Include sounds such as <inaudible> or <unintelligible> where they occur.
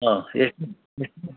ಹಾಂ ಎಷ್ಟು <unintelligible> ಎಷ್ಟು <unintelligible>